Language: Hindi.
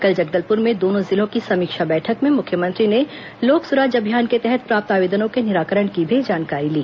कल जगदलप्र में दोनों जिलों की समीक्षा बैठक में मुख्यमंत्री ने लोक सुराज अभियान के तहत प्राप्त आवेदनों के निराकरण की भी जानकारी ली